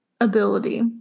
ability